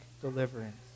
deliverance